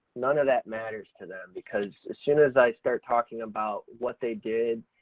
none of that matters to them because as soon as i start talking about what they did,